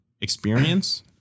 experience